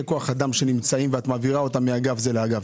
כוח אדם שנמצאים ואת מעבירה אותם מאגף אחד לאגף